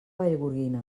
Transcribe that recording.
vallgorguina